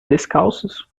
descalços